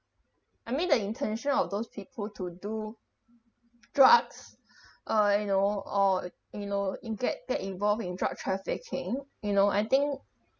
I mean the intention of those people to do drugs uh you know or you know you get get involve in drug trafficking you know I think